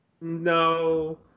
no